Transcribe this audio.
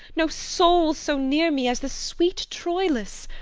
no soul so near me as the sweet troilus.